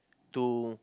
to